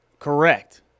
Correct